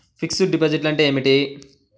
Fixed డిపాజిట్లు అంటే ఏమిటి?